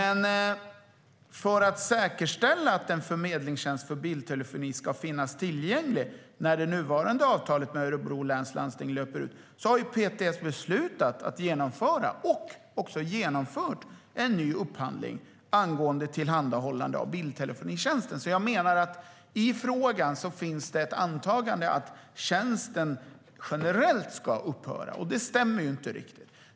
För att säkerställa att en förmedlingstjänst för bildtelefoni ska finnas tillgänglig när det nuvarande avtalet med Örebro läns landsting löper ut har PTS beslutat att genomföra och har också genomfört en ny upphandling angående tillhandahållande av bildtelefonitjänsten. Jag menar att i frågan finns ett antaganden att tjänsten generellt ska upphöra, och det stämmer inte riktigt.